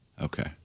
Okay